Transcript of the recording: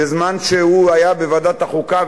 בזמן שהוא היה בוועדת החוקה,